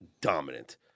dominant